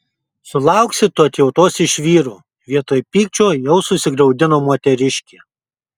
sulauksi tu atjautos iš vyrų vietoj pykčio jau susigraudino moteriškė